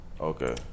Okay